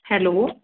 hello